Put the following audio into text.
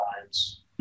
Times